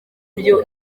byo